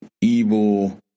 evil